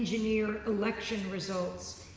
engineer election results.